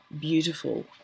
beautiful